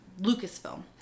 Lucasfilm